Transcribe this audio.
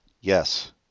Yes